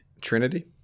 Trinity